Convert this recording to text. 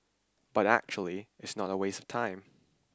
but actually it's not a waste of time